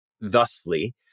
thusly